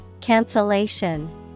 Cancellation